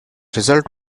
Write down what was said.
result